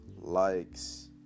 likes